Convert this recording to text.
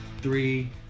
three